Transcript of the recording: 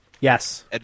Yes